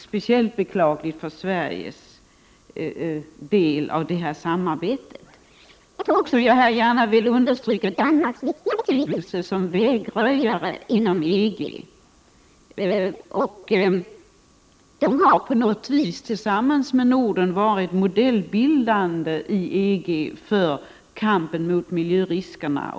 Speciellt beklagligt är det för Sveriges del. Jag vill i detta sammanhang gärna understryka Danmarks stora betydelse som vägröjare inom EG. Danmark har tillsammans med de övriga länderna i Norden på något sätt varit modellbildande för EG i kampen mot miljöriskerna.